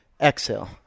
exhale